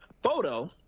photo